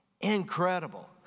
Incredible